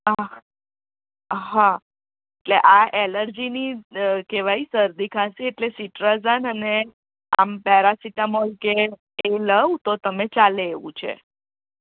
હા હા હા એટલે આ એલર્જીની કહેવાય શરદી ખાંસી એટલે શિટરોઝન અને આમ પેરાસીટામોલ કે એવું લો તો તમે ચાલે એવું છે